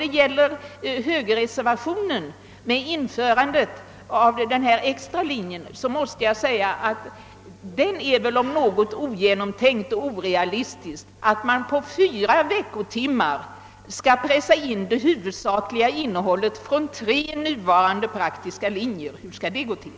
Vad gäller högerreservationens förslag om införande av en extra linje är det väl om något ogenomtänkt och orealistiskt att man på fyra veckotimmar skulle kunna pressa in det huvudsak liga innehållet från tre nuvarande praktiska linjer. Hur skall det gå till?